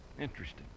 Interesting